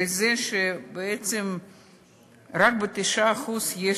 וזה שבעצם רק ב-9% יש